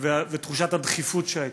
ותחושת הדחיפות שהייתה.